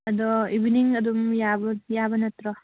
ꯑꯗꯣ ꯏꯚꯤꯅꯤꯡ ꯑꯗꯨꯝ ꯌꯥꯕ ꯅꯠꯇ꯭ꯔꯣ